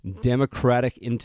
democratic